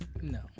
No